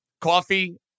Coffee